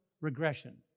Regression